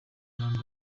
kandi